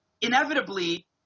inevitably